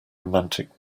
romantic